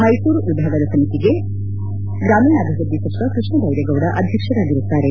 ಮೈಸೂರು ವಿಭಾಗದ ಸಮಿತಿಗೆ ಗ್ರಾಮೀಣಾಭಿವೃದ್ಧಿ ಸಚಿವ ಕೃಷ್ಣಭೈರೆಗೌಡ ಅಧ್ಯಕ್ಷರಾಗಿರುತ್ತಾರೆ